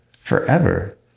forever